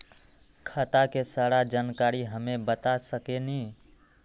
खाता के सारा जानकारी हमे बता सकेनी?